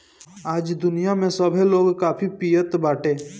आज दुनिया में सभे लोग काफी पियत बाटे